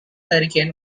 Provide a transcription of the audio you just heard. hurricane